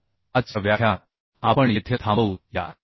तर आजचे व्याख्यान आपण येथे थांबवू या